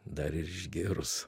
dar ir išgėrus